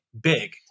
big